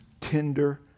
tender